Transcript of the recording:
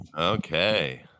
Okay